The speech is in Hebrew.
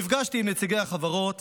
נפגשתי עם נציגי החברות